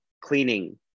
cleaning